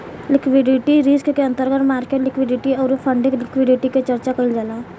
liquidity risk के अंतर्गत market liquidity अउरी फंडिंग लिक्विडिटी के चर्चा कईल जाला